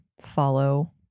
follow